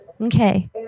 Okay